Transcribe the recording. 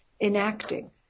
enacting